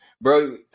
Bro